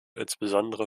insbesondere